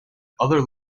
other